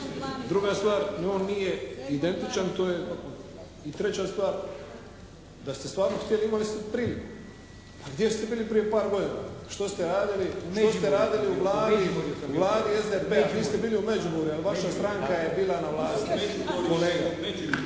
Druga stvar. On nije identičan, to je i treća stvar da ste stvarno htjeli imali ste priliku. Pa gdje ste bili prije par godina? Što ste radili u Vladi SDP-a? Vi ste bili u Međimurju, jer vaša stranka je bila na vlasti. Kolega,